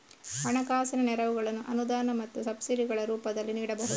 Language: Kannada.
ಹಣಕಾಸಿನ ನೆರವುಗಳನ್ನು ಅನುದಾನ ಮತ್ತು ಸಬ್ಸಿಡಿಗಳ ರೂಪದಲ್ಲಿ ನೀಡಬಹುದು